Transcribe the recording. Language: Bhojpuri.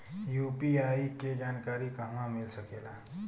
यू.पी.आई के जानकारी कहवा मिल सकेले?